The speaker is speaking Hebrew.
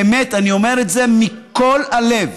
באמת, אני אומר את זה מכל הלב.